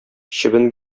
чебен